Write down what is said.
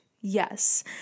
Yes